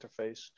interface